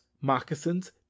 moccasins